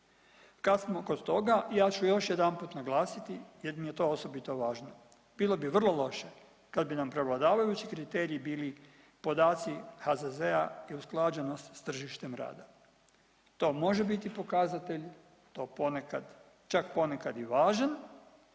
Kad smo kod toga ja ću još jedanput naglasiti jer mi je to osobito važno, bilo bi vrlo loše kad bi nam prevladavajući kriteriji bili podaci HZZ-a i usklađenost s tržištem rada. To može biti pokazatelj, to ponekad, čak ponekad i važan